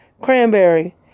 Cranberry